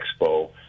Expo